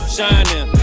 Shining